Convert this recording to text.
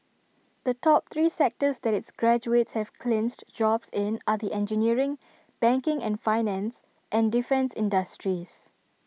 the top three sectors that its graduates have clinched jobs in are the engineering banking and finance and defence industries